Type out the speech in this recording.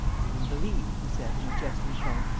i even believe, he said, in a jesting tone,